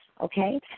okay